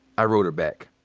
i wrote her back.